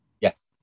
Yes